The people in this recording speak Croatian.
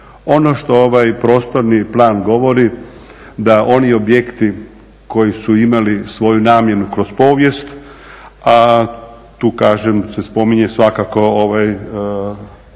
Ono što ovaj prostorni plan govori da oni objekti koji su imali svoju namjenu kroz povijest, a tu kažem se spominje svakako Centar